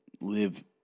live